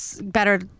better